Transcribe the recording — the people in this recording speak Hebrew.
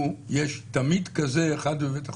יש תמיד כזה אחד בבית חולים?